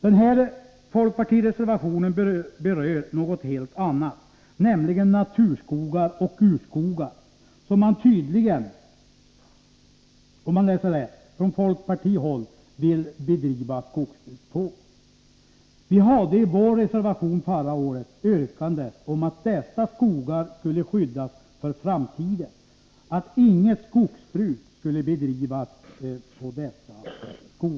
Den aktuella folkpartireservationen berör något helt annat, nämligen naturskogar och urskogar, som folkpartiet tydligen, om man läser rätt, vill bedriva skogsbruk på. Vi hade i vår reservation förra året ett yrkande om att dessa skogar skulle skyddas för framtiden, att inget skogsbruk skulle bedrivas där.